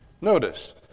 Notice